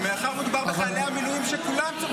ומאחר ומדובר בחיילי המילואים שכולם,